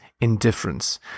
indifference